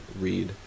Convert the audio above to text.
read